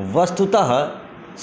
वस्तुतः